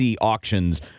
auctions